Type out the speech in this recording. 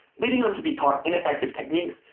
leading them to be taught ineffective techniques,